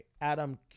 adam